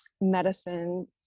medicine